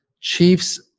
Chiefs